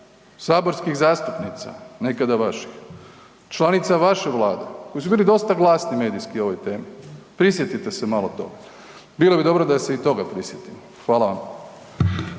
saborskih zastupnica nekada vaših, članica vaše vlade koji su bili dosta glasni medijski o ovoj temi, prisjetite se malo toga, bilo bi dobro da se i toga prisjetimo. Hvala vam.